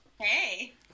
Hey